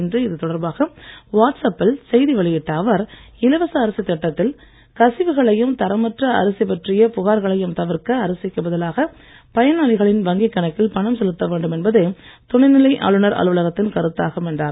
இன்று இதுதொடர்பாக வாட்ஸ் ஆப்பில் செய்தி வெளியிட்ட அவர் இலவச அரிசி திட்டத்தில் கசிவுகளையும் தரமற்ற அரிசி பற்றிய புகார்களையும் தவிர்க்க அரிசிக்கு பதிலாக பயனாளிகளின் வங்கி கணக்கில் பணம் செலுத்த வேண்டும் என்பதே துணை நிலை ஆளுநர் அலுவலகத்தின் கருத்தாகும் என்றார்